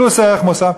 פלוס ערך מוסף,